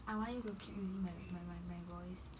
I want you to keep using my my my my voice